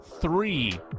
three